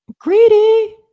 Greedy